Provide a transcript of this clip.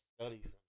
studies